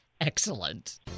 Excellent